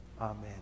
Amen